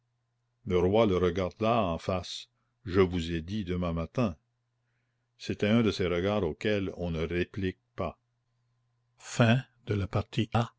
le roi le regarda en face je vous ai dit demain matin c'était un de ces regards auxquels on ne réplique pas